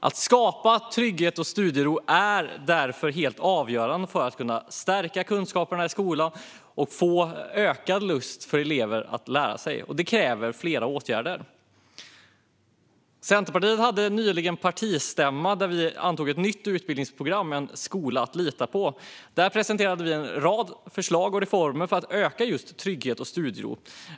Att skapa trygghet och studiero är därför helt avgörande för att stärka kunskaperna i skolan och ge eleverna en ökad lust att lära. Detta kräver flera åtgärder. Centerpartiet hade nyligen partistämma där vi antog ett nytt utbildningsprogram: En skola att lita på. Där presenterar vi en rad förslag och reformer för att just öka trygghet och studiero.